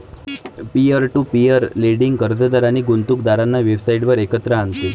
peer to peer lending कर्जदार आणि गुंतवणूकदारांना वेबसाइटवर एकत्र आणते